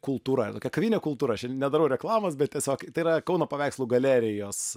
kultūra yra tokia kavinė kultūra aš čia nedarau reklamos bet tiesiog tai yra kauno paveikslų galerijos